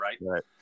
right